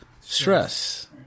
stress